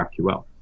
GraphQL